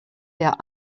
der